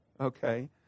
okay